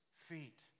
feet